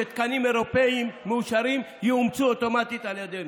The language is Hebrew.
שתקנים אירופיים מאושרים יאומצו אוטומטית על ידינו.